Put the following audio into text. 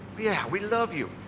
yeah, we love you.